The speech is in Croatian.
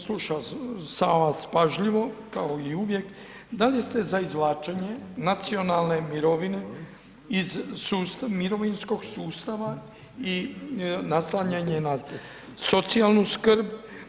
Slušao sam vas pažljivo kao i uvijek, da li ste izvlačenja nacionalne mirovine iz mirovinskog sustava i naslanjanje na socijalnu skrb?